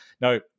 no